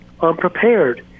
unprepared